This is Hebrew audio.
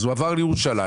אז הוא עבר לירושלים.